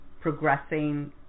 progressing